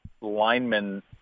linemen